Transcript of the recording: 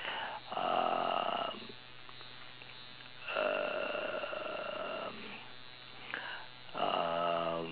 um